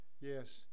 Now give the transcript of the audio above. Yes